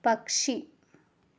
പക്ഷി